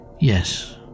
Yes